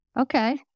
Okay